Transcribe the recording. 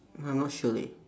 I'm not sure leh